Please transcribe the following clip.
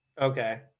Okay